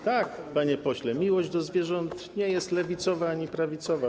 Tak, panie pośle, miłość do zwierząt nie jest lewicowa ani prawicowa.